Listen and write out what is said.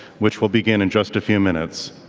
which will begin in just a few minutes.